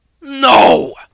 No